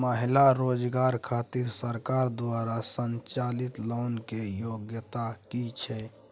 महिला रोजगार खातिर सरकार द्वारा संचालित लोन के योग्यता कि छै?